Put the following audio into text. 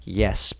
yes